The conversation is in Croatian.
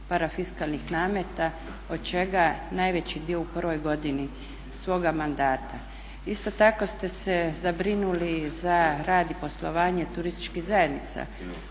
parafiskalnih nameta od čega najveći dio u prvoj godini svoga mandata. Isto tako ste se zabrinuli za rad i poslovanje turističkih zajednica